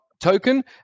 token